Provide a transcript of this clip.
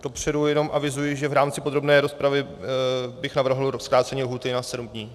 Dopředu jenom avizuji, že v rámci podobné rozpravy bych navrhl zkrácení lhůty na sedm dnů.